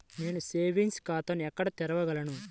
నేను సేవింగ్స్ ఖాతాను ఎక్కడ తెరవగలను?